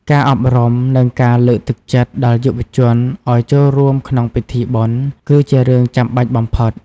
ការអប់រំ និងការលើកទឹកចិត្តដល់យុវជនឲ្យចូលរួមក្នុងពិធីបុណ្យ គឺជារឿងចាំបាច់បំផុត។